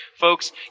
Folks